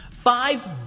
Five